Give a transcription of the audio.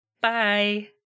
Bye